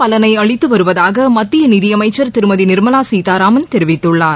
பலனை அளித்து வருவதாக மத்திய நிதியமைச்சர் திருமதி நிர்மலா சீதாராமன் தெரிவித்துள்ளார்